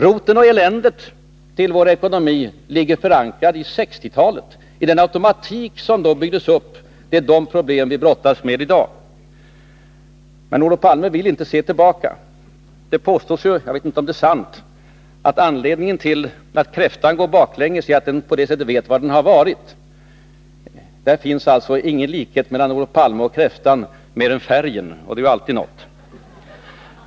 Roten och upphovet till eländet i vår ekonomi ligger förankrade i 1960-talet, i den automatik som då byggdes upp. Det är de problemen som vi brottas med i dag. Men Olof Palme vill inte se tillbaka. Det påstås ju — jag vet inte om det är sant — att anledningen till att kräftan går baklänges är att den på det sättet vet var den har varit. Där finns alltså ingen likhet mellan Olof Palme och kräftan mer än färgen, och det är ju alltid något.